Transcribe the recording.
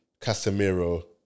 Casemiro